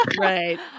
right